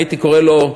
הייתי קורא לו,